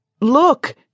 Look